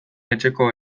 etxeko